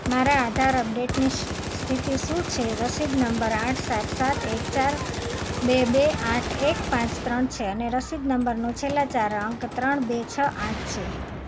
મારા આધાર અપડેટની સ્થ સ્થિતિ શું છે રસીદ નંબર આઠ સાત સાત એક ચાર બે બે આઠ એક પાંચ ત્રણ છે અને રસીદ નંબરનો છેલ્લા ચાર અંક ત્રણ બે છ આઠ છે